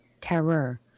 Terror